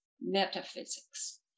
metaphysics